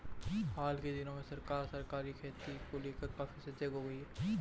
हाल के दिनों में सरकार सहकारी खेती को लेकर काफी सजग हो गई है